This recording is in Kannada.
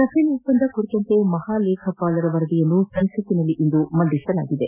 ರಫೇಲ್ ಒಪ್ಸಂದ ಕುರಿತಂತೆ ಮಹಾಲೇಖಪಾಲರ ವರದಿಯನ್ತು ಸಂಸತ್ನಲ್ಲಿಂದು ಮಂಡಿಸಲಾಗಿದೆ